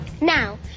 Now